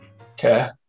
Okay